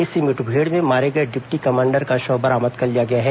इस मुठभेड़ में मारे गए डिप्टी कमांडर का शव बरामद कर लिया गया है